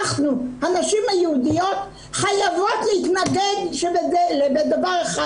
אנחנו, הנשים היהודיות, חייבות להתנגד לדבר אחד: